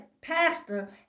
Pastor